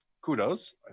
kudos